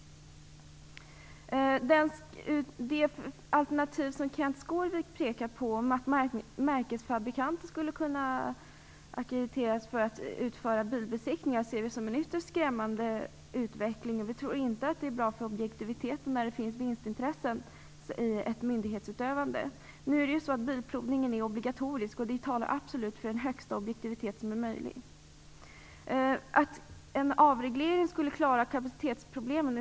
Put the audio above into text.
Det alternativ som Kenth Skårvik pekar på, att märkesfabrikanter skulle kunna ackrediteras för att utföra bilbesiktningar, ser vi som ytterst skrämmande. Vi tror inte att det är bra för objektiviteten när det finns vinstintressen i ett myndighetsutövande. Nu är det ju så att bilprovningen är obligatorisk, och det talar absolut för högsta möjliga objektivitet. Sedan gäller det detta om att man med en avreglering skulle kunna klara kapacitetsproblemen.